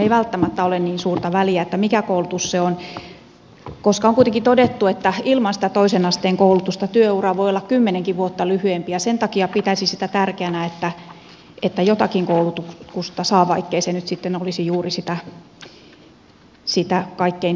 ei välttämättä ole niin suurta väliä mikä koulutus se on koska on kuitenkin todettu että ilman sitä toisen asteen koulutusta työura voi olla kymmenenkin vuotta lyhyempi ja sen takia pitäisin sitä tärkeänä että jotakin koulutusta saa vaikkei se nyt sitten olisi juuri sitä kaikkein toivotuinta